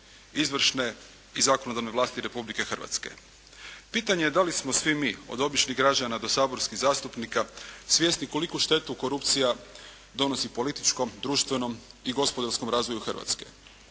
izvršne i zakonodavne vlasti Republike Hrvatske. Pitanje je da li smo svi mi od običnih građana do saborskih zastupnika svjesni koliku štetu korupcija donosi političkom, društvenom i gospodarskom razvoju Hrvatske.